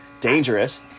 dangerous